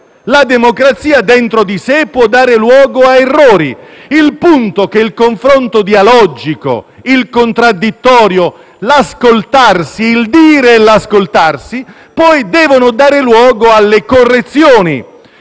la democrazia dentro di sé può dare luogo a errori. Il punto è che il confronto dialogico, il contraddittorio, l'ascoltarsi, il dire e l'ascoltarsi poi devono dare luogo alle correzioni.